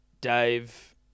Dave